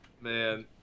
Man